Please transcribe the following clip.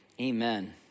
Amen